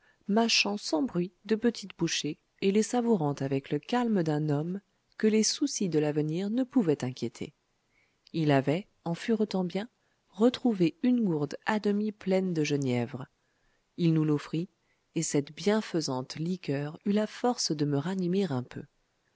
mâchant sans bruit de petites bouchées et les savourant avec le calme d'un homme que les soucis de l'avenir ne pouvaient inquiéter il avait en furetant bien retrouvé une gourde à demi pleine de genièvre il nous l'offrit et cette bienfaisante liqueur eut la force de me ranimer un peu